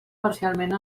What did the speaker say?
parcialment